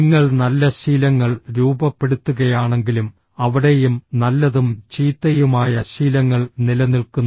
നിങ്ങൾ നല്ല ശീലങ്ങൾ രൂപപ്പെടുത്തുകയാണെങ്കിലും അവിടെയും നല്ലതും ചീത്തയുമായ ശീലങ്ങൾ നിലനിൽക്കുന്നു